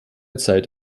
zeit